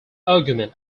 argument